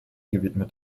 gewidmet